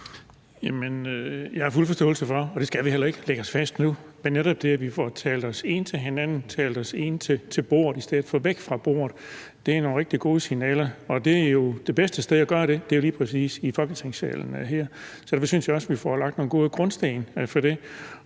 Jeg har fuld forståelse for det, og vi skal heller ikke lægge os fast på det nu. Men netop det, at vi får talt os ind på hinanden og får talt os hen til bordet i stedet for at tale os væk fra bordet, er et rigtig godt signal. Og det bedste sted at gøre det er jo lige præcis her i Folketingssalen. Jeg synes også, vi får lagt nogle gode grundsten til det.